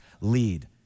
lead